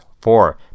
Four